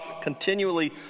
continually